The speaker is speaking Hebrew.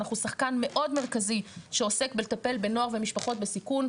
אנחנו שחקן מאוד מרכזי שעוסק לטפל בנוער ומשפחות בסיכון,